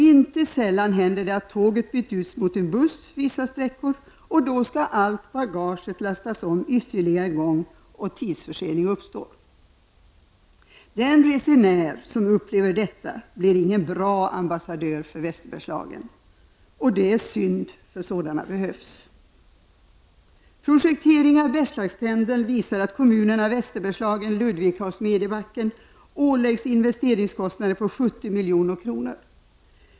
Inte sällan händer det att tåget byts ut Den resenär som upplever detta blir ingen bra ambassadör för Västerbergslagen, och det är synd för sådana behövs. Projekteringen av Bergslagspendeln visar att kommunerna i Västerbergslagen, Ludvika och Smedjebacken, åläggs investeringskostnader på 70 milj.kr.